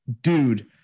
Dude